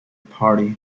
party